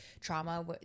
trauma